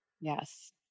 Yes